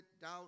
doubt